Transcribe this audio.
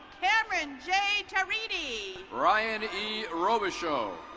cameron j. tarini. ryan e robisho.